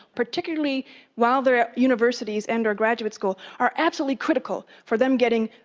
particularly while they're at universities and or graduate schools are absolutely critical for them getting,